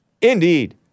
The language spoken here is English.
Indeed